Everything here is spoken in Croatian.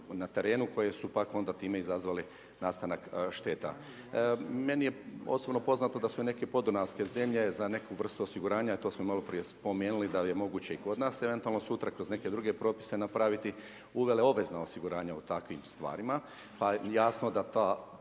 na terenu, koje su onda pak, time, izazvale nastanak šteta. Meni je osobno poznato da su neke podunavske zemlje za neku vrstu osiguranja a to smo malo prije spomenuli da li je moguće i kod nas, eventualno sutra kroz neke druge propise napraviti uvele obvezna osiguranja o takvim stvarima pa jasno da te